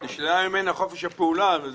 חופש הפעולה.